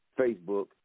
Facebook